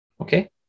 okay